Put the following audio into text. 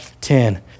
ten